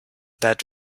that